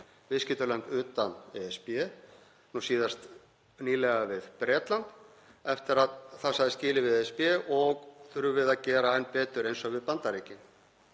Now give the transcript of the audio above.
viðskiptalönd utan ESB, nú síðast nýlega við Bretland eftir að það sagði skilið við ESB, og þurfum við að gera enn betur eins og við Bandaríkin.